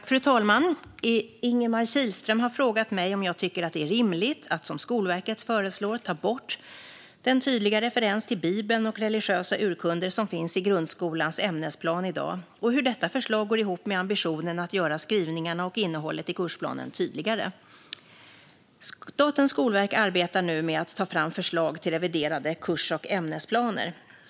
Fru talman! Ingemar Kihlström har frågat mig om jag tycker att det är rimligt att som Skolverket föreslår ta bort den tydliga referens till Bibeln och religiösa urkunder som finns i grundskolans ämnesplan i dag och hur detta förslag går ihop med ambitionen att göra skrivningarna och innehållet i kursplanen tydligare. Statens skolverk arbetar nu med att ta fram förslag till reviderade kurs och ämnesplaner.